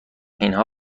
اینها